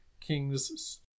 king's